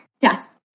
yes